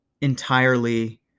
entirely